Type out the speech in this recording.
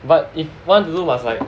but if want also must like